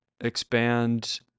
expand